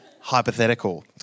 hypothetical